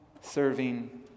serving